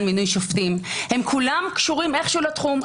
מינוי שופטים הם כולם קשורים איכשהו לתחום,